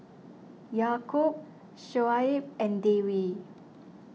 Yaakob Shoaib and Dewi